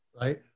right